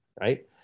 right